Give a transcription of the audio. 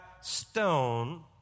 stone